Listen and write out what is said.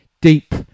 deep